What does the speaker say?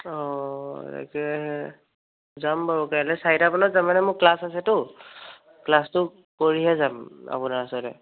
অ তাকেহে যাম বাৰু কাইলে চাৰিটামানত যাম মানে মোৰ ক্লাছ আছেতো ক্লাছটো কৰিহে যাম আপোনাৰ ওচৰলৈ